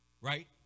right